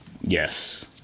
Yes